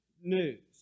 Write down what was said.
news